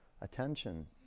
attention